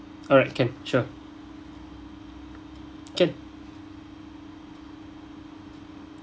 alright can sure can